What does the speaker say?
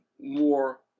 more